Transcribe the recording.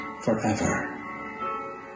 forever